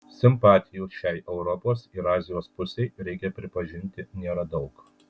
simpatijų šiai europos ir azijos pusei reikia pripažinti nėra daug